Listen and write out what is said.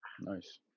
Nice